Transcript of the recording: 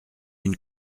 une